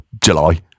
july